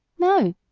no,